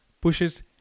pushes